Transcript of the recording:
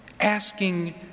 asking